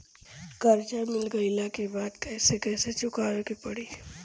कर्जा मिल गईला के बाद कैसे कैसे चुकावे के पड़ी?